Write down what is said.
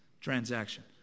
transaction